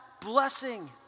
blessing